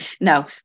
no